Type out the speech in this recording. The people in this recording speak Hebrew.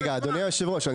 רגע אדוני יושב הראש,